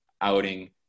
outing